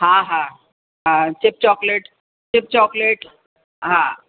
हा हा हा चिप चॉक्लेट चिप चॉक्लेट हा